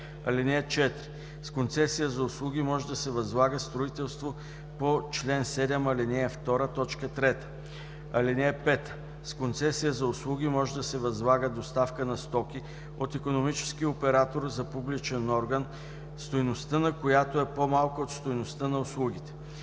(4) С концесия за услуги може да се възлага строителство по чл. 7, ал. 2, т. 3. (5) С концесия за услуги може да се възлага доставка на стоки от икономически оператор за публичен орган, стойността на която е по-малка от стойността на услугите.